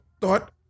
thought